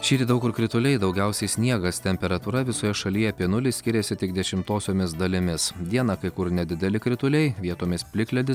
šįryt daug kur krituliai daugiausiai sniegas temperatūra visoje šalyje apie nulį skiriasi tik dešimtosiomis dalimis dieną kai kur nedideli krituliai vietomis plikledis